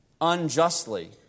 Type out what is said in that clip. unjustly